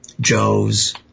Joe's